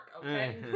okay